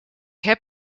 heb